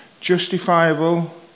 justifiable